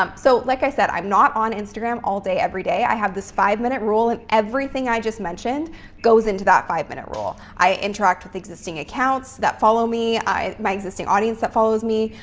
um so, like i said, i'm not on instagram all day, every day. i have this five minute rule and everything i just mentioned goes into that five minute rule. i interact with existing accounts that follow me, my my existing audience that follows me.